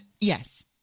Yes